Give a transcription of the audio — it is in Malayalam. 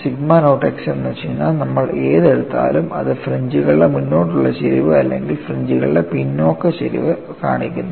സിഗ്മ നോട്ട് x എന്ന ചിഹ്നം നമ്മൾ ഏത് എടുത്താലും അത് ഫ്രിഞ്ച്കളുടെ മുന്നോട്ടുള്ള ചരിവ് അല്ലെങ്കിൽ ഫ്രിഞ്ച്കളുടെ പിന്നോക്ക ചരിവ് കാണിക്കുന്നു